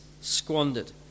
squandered